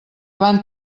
van